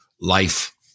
life